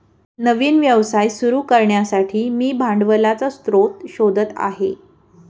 नवीन व्यवसाय सुरू करण्यासाठी मी भांडवलाचा स्रोत शोधत आहे